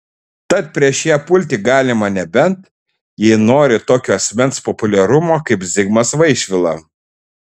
tad prieš ją pulti galima nebent jei nori tokio asmens populiarumo kaip zigmas vaišvila